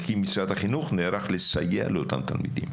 וכי משרד החינוך נערך לסייע לאותם תלמידים